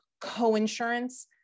coinsurance